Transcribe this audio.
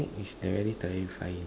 is very terrifying